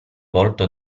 volto